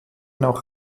noch